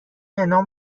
انعام